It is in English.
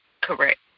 correct